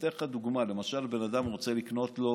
אני אתן לך דוגמה: למשל, בן אדם רוצה לקנות לו